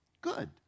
Good